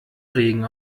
regen